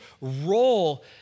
role